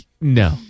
No